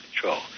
control